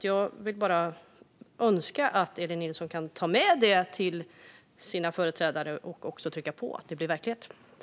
Jag önskar att Elin Nilsson tar med sig detta till regeringen och trycker på för att det ska bli verklighet.